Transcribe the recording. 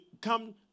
come